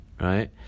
right